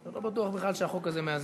אני לא בטוח בכלל שהחוק הזה מאזן.